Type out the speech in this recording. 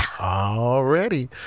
Already